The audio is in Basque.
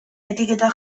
etiketa